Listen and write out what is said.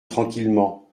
tranquillement